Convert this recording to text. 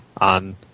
on